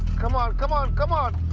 come on! come on, come on,